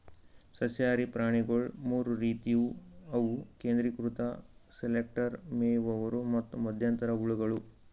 ಸಸ್ಯಹಾರಿ ಪ್ರಾಣಿಗೊಳ್ ಮೂರ್ ರೀತಿವು ಅವು ಕೇಂದ್ರೀಕೃತ ಸೆಲೆಕ್ಟರ್, ಮೇಯುವವರು ಮತ್ತ್ ಮಧ್ಯಂತರ ಹುಳಗಳು